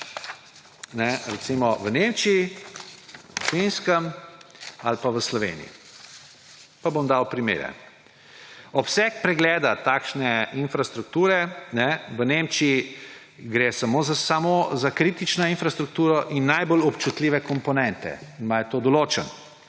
recimo v Nemčiji, na Finskem ali pa v Sloveniji. Pa bom dal primere. Obseg pregleda takšne infrastrukture: v Nemčiji gre samo za kritično infrastrukturo in najbolj občutljive komponentne, imajo to določeno.